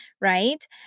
right